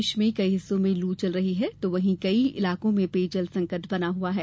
प्रदेश के कई हिस्सों में लू चल रही है तो वहीं कई इलाकों में पेय जल संकट बना हुआ है